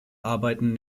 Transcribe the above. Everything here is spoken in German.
arbeiten